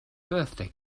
birthday